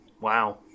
Wow